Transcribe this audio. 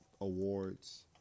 awards